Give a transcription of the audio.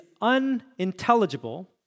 unintelligible